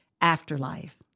afterlife